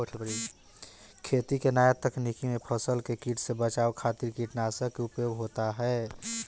खेती के नया तकनीकी में फसल के कीट से बचावे खातिर कीटनाशक के उपयोग होत ह